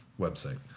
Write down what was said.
website